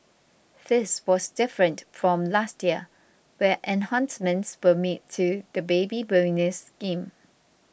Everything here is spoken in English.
this was different from last year where enhancements were made to the Baby Bonus scheme